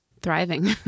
thriving